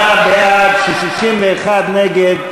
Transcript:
58 בעד, 61 נגד.